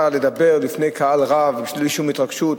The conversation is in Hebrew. לדבר לפני קהל רב בלי שום התרגשות?